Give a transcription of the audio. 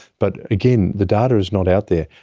but again, the data is not out there,